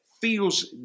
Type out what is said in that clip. feels